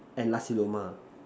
and Nasi-Lemak